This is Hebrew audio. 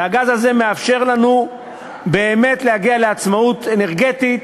והגז הזה מאפשר לנו באמת להגיע לעצמאות אנרגטית